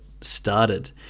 started